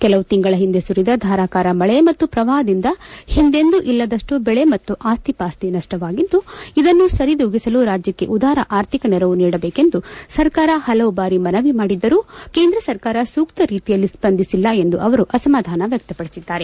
ಕೆಲವು ತಿಂಗಳ ಹಿಂದೆ ಸುರಿದ ಧಾರಾಕಾರ ಮಳೆ ಮತ್ತು ಪ್ರವಾಪದಿಂದ ಒಂದೆಂದೂ ಇಲ್ಲದಷ್ಟು ಬೆಳೆ ಮತ್ತು ಆಸ್ತಿ ಪಾಸ್ತಿ ನಷ್ಟವಾಗಿದ್ದು ಇದನ್ನು ಸರಿದೂಗಿಸಲು ರಾಜ್ಯಕ್ಕೆ ಉದಾರ ಆರ್ಥಿಕ ನೆರವು ನೀಡಬೇಕೆಂದು ಸರ್ಕಾರ ಹಲವು ಬಾರಿ ಮನವಿ ಮಾಡಿದ್ದರೂ ಕೇಂದ್ರ ಸರ್ಕಾರ ಸೂಕ್ತ ರೀತಿಯಲ್ಲಿ ಸ್ಪಂದಿಸಿಲ್ಲ ಎಂದು ಅವರು ಅಸಮಾಧಾನ ವ್ಯಕ್ತಪಡಿಸಿದ್ದಾರೆ